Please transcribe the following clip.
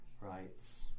writes